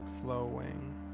flowing